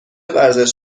ورزش